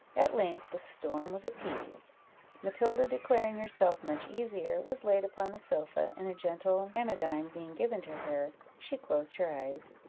at length the storm was appeased matilda, declaring herself much easier, was laid upon the sofa, and a gentle anodyne being given to her, she closed her eyes,